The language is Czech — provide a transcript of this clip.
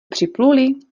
připluli